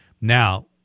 Now